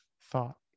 thought